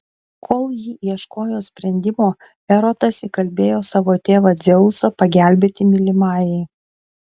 kol ji ieškojo sprendimo erotas įkalbėjo savo tėvą dzeusą pagelbėti mylimajai